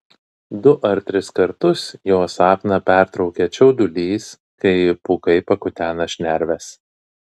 du ar tris kartus jo sapną pertraukia čiaudulys kai pūkai pakutena šnerves